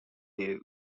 day